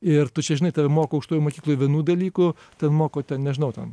ir tu čia žinai tave moko aukštojoj mokykloj vienų dalykų ten moko ten nežinau ten